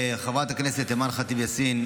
חברת הכנסת אימאן ח'טיב יאסין,